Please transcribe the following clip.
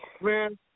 man